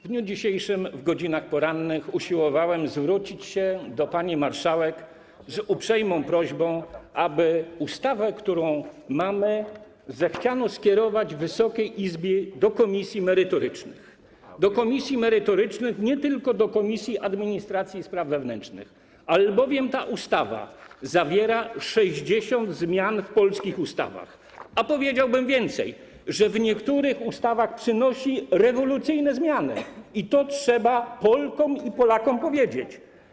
W dniu dzisiejszym w godzinach porannych usiłowałem zwrócić się do pani marszałek z uprzejmą prośbą, aby ustawę, którą mamy, zechciano skierować w Wysokiej Izbie do komisji merytorycznych, nie tylko do Komisji Administracji i Spraw Wewnętrznych, albowiem ta ustawa zawiera 60 zmian w polskich ustawach, a nawet powiedziałbym więcej: w niektórych ustawach przynosi rewolucyjne zmiany - i to trzeba Polkom i Polakom powiedzieć.